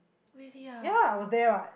really ah